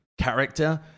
character